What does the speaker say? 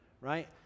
right